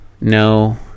No